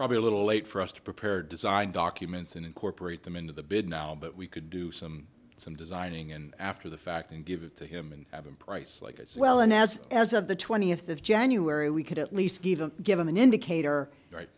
probably a little late for us to prepare design documents and incorporate them into the bid now but we could do some some designing and after the fact and give it to him and have him price like as well as as of the twentieth of january we could at least give him an indicator right